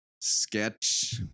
sketch